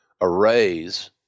arrays